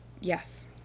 yes